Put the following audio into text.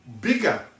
bigger